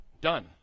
Done